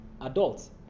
adults